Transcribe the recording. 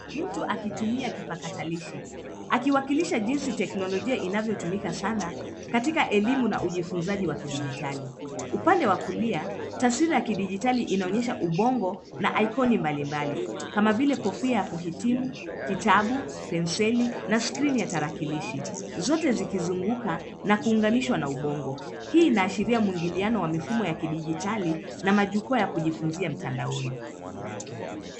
Mtu akitumia kipakatalishi akiwakilisha jinsi teknolojia inavyotumika sana katika elimu na ujifunzaji wa kidijitali. Upande wa kulia, taswira ya kidijitali inaonyesha ubongo na ikoni mbalimbali. Kama vile kofia ya kuhitimu, kitabu, penseli, na skrini ya tarakilishi; zote zikizunguka na kuunganishwa na ubongo. Hii inaashiria mwingiliano wa mifumo ya kidijitali na majukwaa ya kujifunzia mtandaoni.